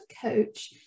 coach